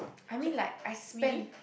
I mean like I spend